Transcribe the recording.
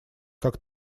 как